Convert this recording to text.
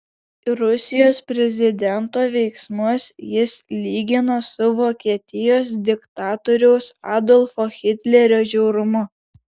rusijos prezidento veiksmus jis lygino su vokietijos diktatoriaus adolfo hitlerio žiaurumu